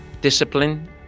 discipline